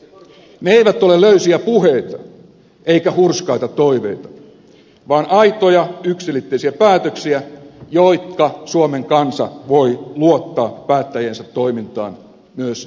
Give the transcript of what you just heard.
ne eivät ole löysiä puheita eivätkä hurskaita toiveita vaan aitoja yksiselitteisiä päätöksiä jotta suomen kansa voi luottaa päättäjiensä toimintaan myös jatkossa